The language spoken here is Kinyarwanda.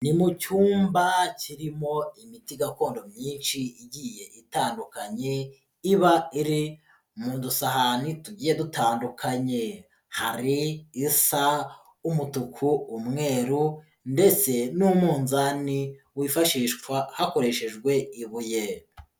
Ni mu cyumba kirimo imiti gakondo myinshi igiye itandukanye iba iri mu dusahani tugiye dutandukanye, hari isa umutuku, umweru ndetse n'umunzani wifashishwa hakoreshejwe ibuye.